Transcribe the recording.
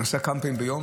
אני נוסע כמה פעמים ביום,